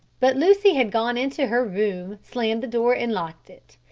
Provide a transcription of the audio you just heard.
but lucy had gone into her room, slammed the door and locked it.